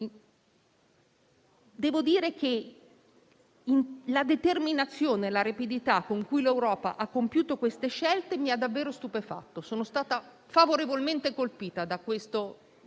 devo dire che la determinazione e la rapidità con cui l'Europa ha compiuto queste scelte mi ha davvero stupefatto. Sono stata favorevolmente colpita da questo